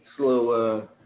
Slow